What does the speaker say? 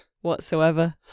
whatsoever